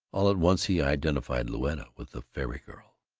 all at once he identified louetta with the fairy girl.